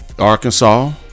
Arkansas